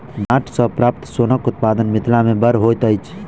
डांट सॅ प्राप्त सोनक उत्पादन मिथिला मे बड़ होइत अछि